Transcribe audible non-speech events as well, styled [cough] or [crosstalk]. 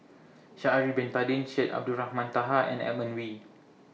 [noise] vSha'ari Bin Tadin Syed Abdulrahman Taha and Edmund Wee